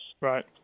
Right